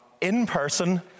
in-person